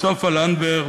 סופה לנדבר,